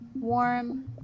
warm